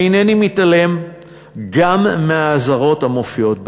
אינני מתעלם גם מהאזהרות המופיעות בדוח.